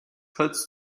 cuts